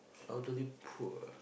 elderly poor